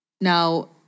Now